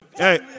Hey